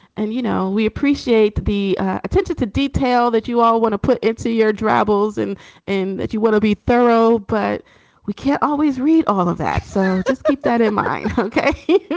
and, you know, we appreciate the attention to detail that you all want to put into your travels and that you want to be thorough. but we can't always read all of that. so just keep that in mind. okay